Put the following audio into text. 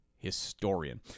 Historian